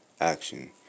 action